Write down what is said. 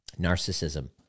narcissism